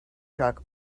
truck